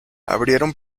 abrieron